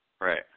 Right